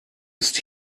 ist